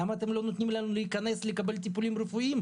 למה אתם לא נותנים לנו להכנס לקבל טפולים רפואיים,